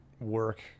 work